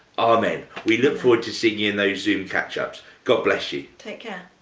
amen we look forward to seeing you in those zoom catch-ups. god bless you. take care.